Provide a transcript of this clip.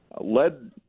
led